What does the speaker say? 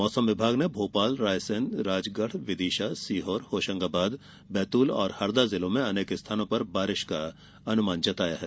मौसम विभाग ने भोपाल रायसेन राजगढ़ विदिशा सीहोर होशंगाबाद बैतूल और हरदा जिलों में अनेक स्थानों पर बारिश का अनुमान जताया है